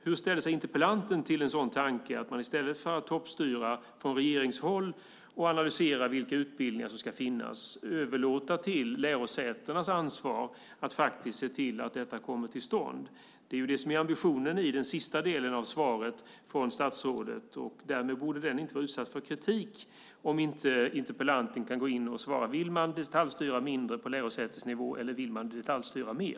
Hur ställer sig interpellanten till tanken att man i stället för att toppstyra från regeringshåll och analysera vilka utbildningar som ska finnas överlåter till lärosätena att ansvara för att detta kommer till stånd? Det är ambitionen i den sista delen av statsrådets svar. Det borde inte utsättas för kritik om inte interpellanten kan svara på om man vill detaljstyra mindre på lärosätesnivå eller mer.